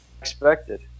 expected